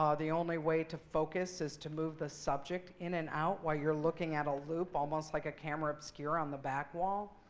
um the only way to focus is to move the subject in and out while you're looking at a loop almost like a camera obscura on the back wall.